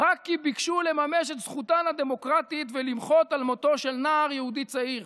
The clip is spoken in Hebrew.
רק כי ביקשו לממש את זכותן הדמוקרטית ולמחות על מותו של נער יהודי צעיר,